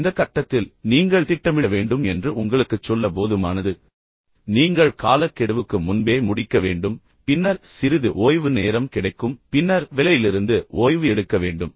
ஆனால் இந்த கட்டத்தில் நீங்கள் திட்டமிட வேண்டும் என்று உங்களுக்குச் சொல்ல போதுமானது பின்னர் நீங்கள் திட்டமிட வேண்டும் நீங்கள் காலக்கெடுவுக்கு முன்பே முடிக்க வேண்டும் பின்னர் சிறிது ஓய்வு நேரம் கிடைக்கும் பின்னர் வேலையிலிருந்து ஓய்வு எடுக்க வேண்டும்